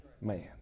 man